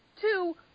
two